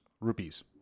Rupees